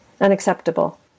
unacceptable